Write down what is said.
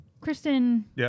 Kristen